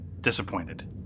disappointed